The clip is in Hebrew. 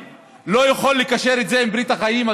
לא יכול לקשור את זה עם ברית החיים,